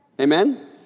Amen